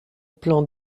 plan